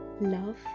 love